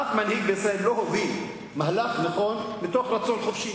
אף מנהיג אחד בישראל לא הוביל מהלך נכון מתוך רצון חופשי,